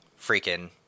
freaking